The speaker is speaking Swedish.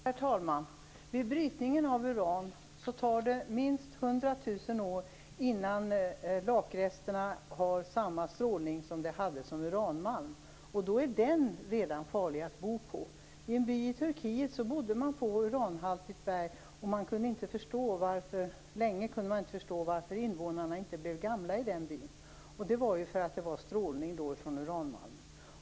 Herr talman! Vid brytning av uran tar det minst 100 000 år innan lakresterna har samma strålning som de hade som uranmalm. Redan då är det farligt att gå på den. I en by i Turkiet bodde befolkningen på uranhaltigt berg, och länge kunde man inte förstå varför invånarna i den byn inte blev gamla. Det var ju på grund av strålning från uranmalm.